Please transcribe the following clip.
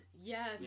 Yes